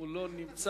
ואם הוא לא נמצא,